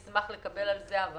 ואשמח לקבל על זה הבהרה,